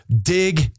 dig